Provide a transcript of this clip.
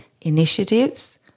initiatives